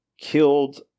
killed